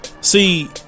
See